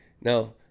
Now